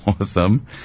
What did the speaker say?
awesome